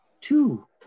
two